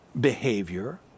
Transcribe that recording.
behavior